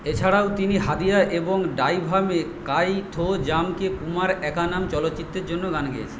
এছাড়াও তিনি হাদিয়া এবং ডাইভামে কাইথোজাম কে কুমার আকানাম চলচ্চিত্রের জন্য গান গেয়েছেন